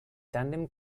tándem